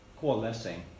coalescing